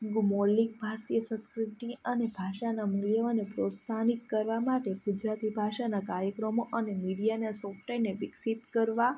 મૌલિક ભારતીય સંસ્કૃતિ અને ભાષાના મૂલ્યોને અને પ્રોત્સાહનિક કરવા માટે ગુજરાતી ભાષાના કાર્યક્રમો અને મીડિયાના સોફ્ટવેરને વિકસિત કરવા